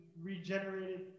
regenerated